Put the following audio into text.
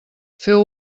feu